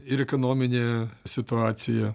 ir ekonominė situacija